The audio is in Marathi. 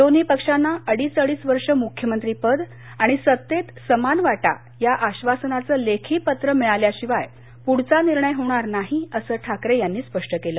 दोन्ही पक्षाना अडीच अडीच वर्ष मुख्यमंत्रीपद आणि सत्तेत समान वाटा या आधासनाचं लेखी पत्र मिळाल्याशिवाय पुढचा निर्णय होणार नाही असं ठाकरे यांनी स्पष्ट केलं